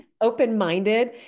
open-minded